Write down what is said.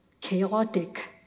chaotic